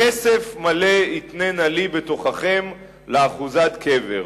בכסף מלא יתננה לי בתוככם לאחוזת קבר.